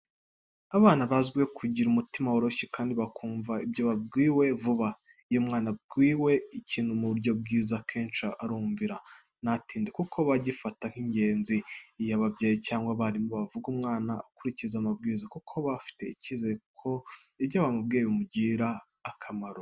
Abana bazwiho kugira umutima woroshye kandi bakumva ibyo babwiwe vuba. Iyo umwana abwiwe ikintu mu buryo bwiza, akenshi arumvira ntatinde kuko aba agifata nk’icy’ingenzi. Iyo ababyeyi cyangwa abarimu bavuga, umwana akurikiza amabwiriza kuko aba afite icyizere ko ibyo bamubwiye bimugirira akamaro.